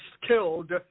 killed